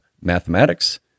mathematics